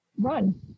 run